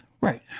Right